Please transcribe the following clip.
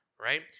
right